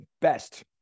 best